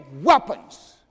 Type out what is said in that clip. weapons